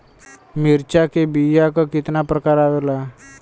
मिर्चा के बीया क कितना प्रकार आवेला?